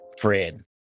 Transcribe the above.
Fred